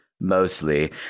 Mostly